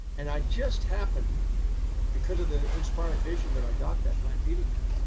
and i just happen because of the inspired vision that i got that night meeting him.